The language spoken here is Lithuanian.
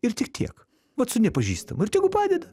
ir tik tiek vat su nepažįstamu ir tegu padeda